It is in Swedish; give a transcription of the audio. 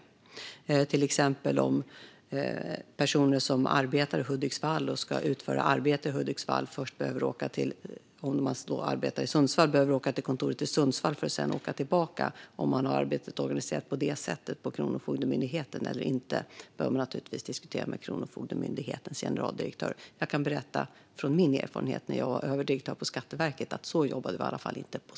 Det handlar till exempel om att personer som arbetar i Hudiksvall och ska utföra arbete där först behöver åka till kontoret i Sundsvall för att sedan åka tillbaka. Om man har arbetet organiserat på det sättet på Kronofogdemyndigheten eller inte bör naturligtvis diskuteras med Kronofogdemyndighetens generaldirektör. Jag kan berätta från min erfarenhet av att vara överdirektör på Skatteverket att så jobbade vi i alla fall inte där.